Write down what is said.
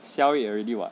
sell it already [what]